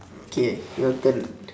okay your turn